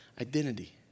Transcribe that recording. identity